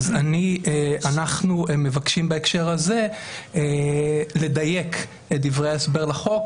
אנחנו מבקשים בהקשר הזה לדייק את דברי ההסבר לחוק